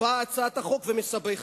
והצעת החוק באה ומסבכת.